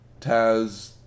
Taz